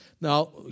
Now